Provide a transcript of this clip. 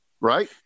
right